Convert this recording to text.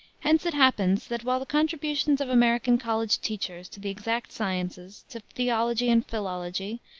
hence it happens that, while the contributions of american college teachers to the exact sciences, to theology and philology,